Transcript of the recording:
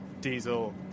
diesel